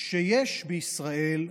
שיש בישראל,